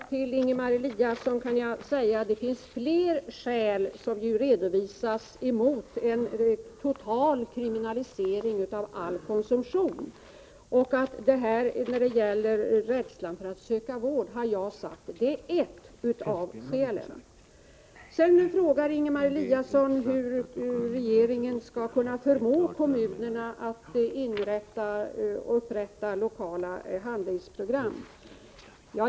Herr talman! Till Ingemar Eliasson kan jag säga: Det finns flera skäl som redovisas mot en total kriminalisering av all konsumtion. Rädslan att söka vård har jag sagt är ett av dessa skäl. Sedan frågar Ingemar Eliasson hur regeringen skall kunna förmå kommunerna att upprätta lokala handlingsprogram.